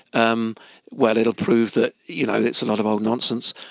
um well it'll prove that you know it's a lot of old nonsense,